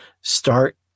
start